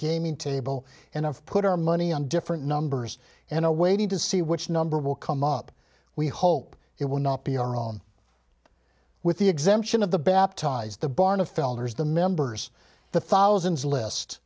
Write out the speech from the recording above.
gaming table and i've put our money on different numbers and are waiting to see which number will come up we hope it will not be our own with the exemption of the baptised the barna fellers the members the thousands list